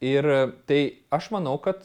ir tai aš manau kad